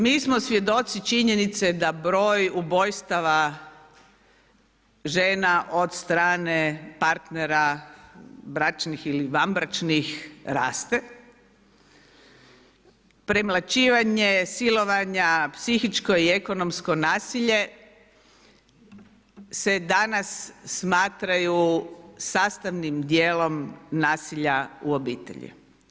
Mi smo svjedoci činjenice da broj ubojstava žena od strane partnera bračnih ili vanbračnih raste, premlaćivanje, silovanja psihičko i ekonomsko nasilje se danas smatraju sastavnim dijelom nasilja u obitelji.